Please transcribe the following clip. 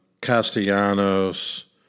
Castellanos